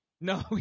no